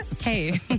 Hey